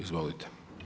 Izvolite.